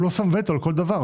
הוא לא שם וטו על כל דבר.